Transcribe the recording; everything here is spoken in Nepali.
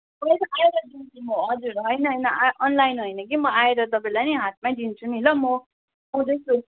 पैसा आएर दिन्छु म हजुर होइन होइन अनलाइन होइन कि म आएर तपाईँलाई नि हातमै दिन्छु नि ल म आउँदैछु